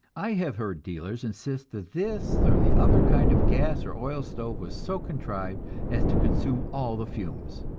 i have heard dealers insist that this or the other kind of gas or oil stove was so contrived as to consume all the fumes.